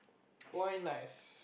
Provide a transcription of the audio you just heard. why nice